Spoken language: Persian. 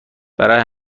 برای